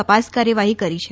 તપાસ કાર્યવાહી કરી છે